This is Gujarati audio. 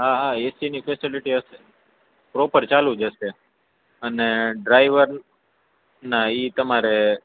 હા હા એસીની ફેસેલિટી હશે પ્રોપર ચાલુ જ હશે અને ડ્રાઈવર ના એ તમારે